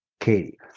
Katie